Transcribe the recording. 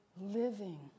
living